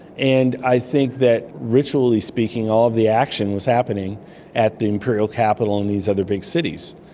and i think that ritually speaking all of the action was happening at the imperial capital and these other big cities.